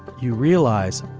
you realize.